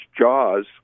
Jaws